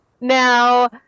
now